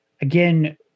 again